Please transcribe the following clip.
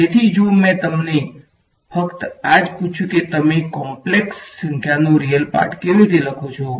તેથી જો મેં તમને ફક્ત આ જ પૂછ્યું કે તમે કોમ્પ્લેક્ષ સંખ્યાનો રીયલ પાર્ટ કેવી રીતે લખો છો